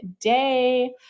day